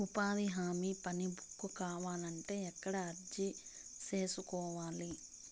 ఉపాధి హామీ పని బుక్ కావాలంటే ఎక్కడ అర్జీ సేసుకోవాలి?